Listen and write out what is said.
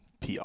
PR